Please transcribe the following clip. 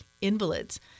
invalids